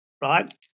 right